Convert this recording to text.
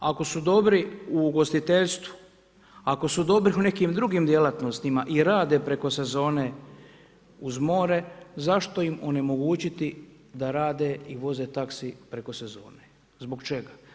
Ako su dobri u ugostiteljstvu, ako su dobri u nekom drugim djelatnostima i rade preko sezone uz more, zašto im onemogućiti da rade i voze taxi preko sezone, zbog čega?